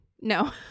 No